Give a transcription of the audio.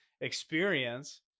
experience